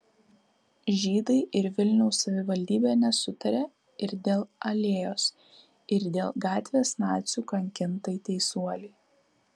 žydai ir vilniaus savivaldybė nesutaria ir dėl alėjos ir dėl gatvės nacių kankintai teisuolei